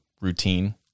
routine